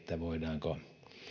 voidaanko